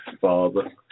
father